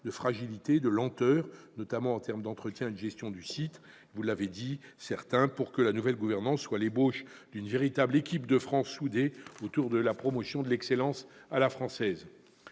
de fragilité et de lenteur, notamment en termes d'entretien et de gestion du site, afin que la nouvelle gouvernance soit l'ébauche d'une véritable « équipe de France », soudée autour de la promotion de l'excellence à la française.